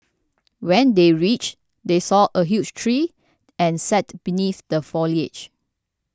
when they reached they saw a huge tree and sat beneath the foliage